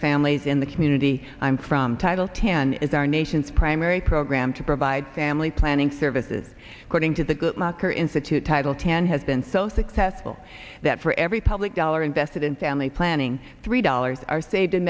families in the community i'm from title ten is our nation's primary program to provide family planning services according to the good marker institute title ten has been so successful that for every public dollar invested in family planning three dollars are saved